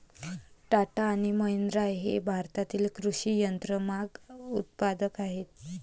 टाटा आणि महिंद्रा हे भारतातील कृषी यंत्रमाग उत्पादक आहेत